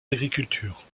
agriculture